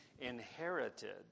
inherited